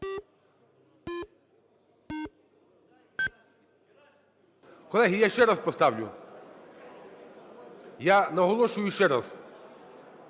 Колеги, я ще раз поставлю. Я наголошую ще раз,